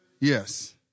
Yes